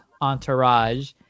entourage